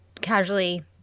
casually